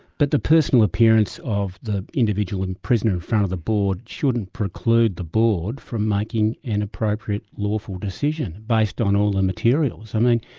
but the personal appearance of the individual in prison in front of the board shouldn't preclude the board from making an appropriate lawful decision based on all the materials. i mean